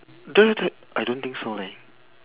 don't don't I don't think so leh